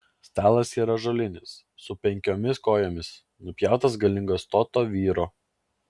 stalas yra ąžuolinis su penkiomis kojomis nupjautas galingo stoto vyro